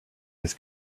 his